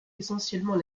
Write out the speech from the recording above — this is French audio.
essentiellement